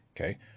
okay